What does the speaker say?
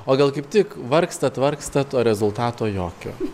o gal kaip tik vargstat vargstat o rezultato jokio